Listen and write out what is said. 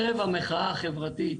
ערב המחאה החברתית,